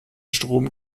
strom